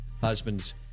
husband's